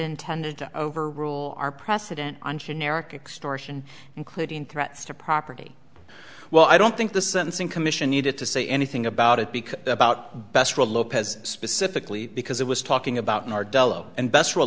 intended to overrule our precedent on generic extortion including threats to property well i don't think the sentencing commission needed to say anything about it because about best lopez specifically because it was talking about in